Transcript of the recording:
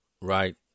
Right